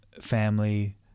family